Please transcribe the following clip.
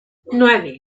nueve